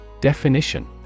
Definition